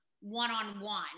one-on-one